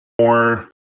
more